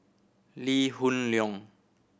Lee Hoon Leong